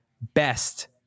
best